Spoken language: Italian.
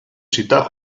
città